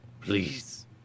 Please